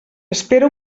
espera